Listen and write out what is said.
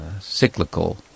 cyclical